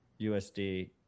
USD